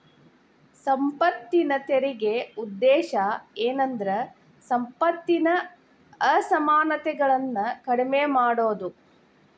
ಸಂಪತ್ತಿನ ತೆರಿಗೆ ಉದ್ದೇಶ ಏನಂದ್ರ ಸಂಪತ್ತಿನ ಅಸಮಾನತೆಗಳನ್ನ ಕಡಿಮೆ ಮಾಡುದು